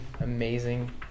amazing